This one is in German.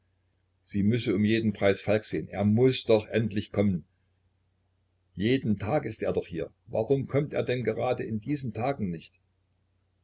sie müsse um jeden preis falk sehen er muß doch endlich kommen jeden tag ist er doch hier warum kommt er denn gerade in diesen tagen nicht